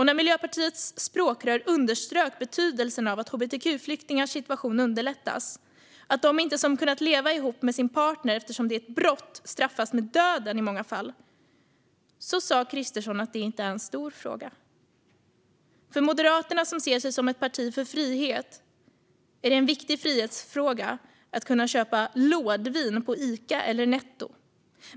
När Miljöpartiets språkrör underströk betydelsen av att hbtq-flyktingars situation underlättas - det finns de som inte kunnat leva ihop med sin partner eftersom det är ett brott som i många fall straffas med döden - sa Kristersson att det inte är en stor fråga. För Moderaterna, som ser sig som ett parti för frihet, är det en viktig frihetsfråga att kunna köpa lådvin på Ica eller Netto.